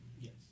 Yes